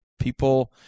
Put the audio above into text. People